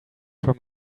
from